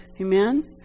Amen